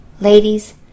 Ladies